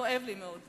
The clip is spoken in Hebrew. כואב לי מאוד.